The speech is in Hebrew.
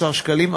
16 שקלים,